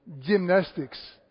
gymnastics